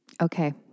Okay